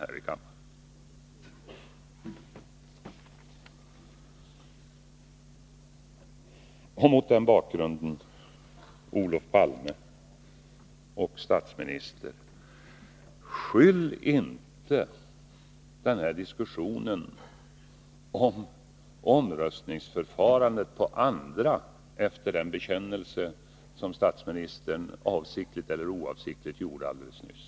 Skyll inte, Olof Palme, den här diskussionen om omröstningsförfarandet på andra efter den bekännelse som statsministern, avsiktligt eller oavsiktligt, gjorde alldeles nyss!